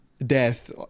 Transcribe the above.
Death